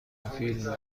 فیلم